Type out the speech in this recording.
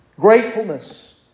Gratefulness